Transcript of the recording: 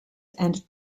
and